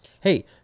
Hey